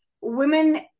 women